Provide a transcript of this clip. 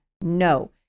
no